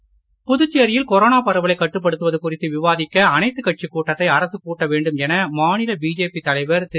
சாமிநாதன் புதுச்சேரியில் கொரோனா பரவலை கட்டுப்படுத்துவது குறித்து விவாதிக்க அனைத்துக் கட்சிக் கூட்டத்தை அரசு கூட்ட வேண்டும் என மாநில பிஜேபி தலைவர் திரு